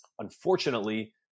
unfortunately